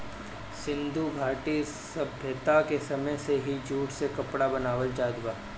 सिंधु घाटी सभ्यता के समय से ही जूट से कपड़ा बनावल जात बा